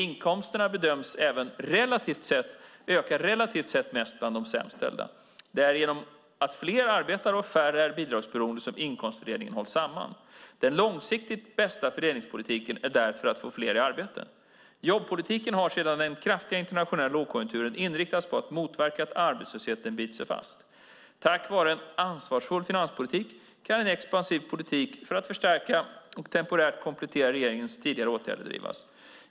Inkomsterna bedöms även öka relativt sett mest bland de sämst ställda. Det är genom att fler arbetar och färre är bidragsberoende som inkomstfördelningen hålls samman. Den långsiktigt bästa fördelningspolitiken är därför att få fler i arbete. Jobbpolitiken har sedan den kraftiga internationella lågkonjunkturen inriktats på att motverka att arbetslösheten biter sig fast. Tack vare en ansvarsfull finanspolitik kan en expansiv politik för att förstärka och temporärt komplettera regeringens tidigare åtgärder drivas.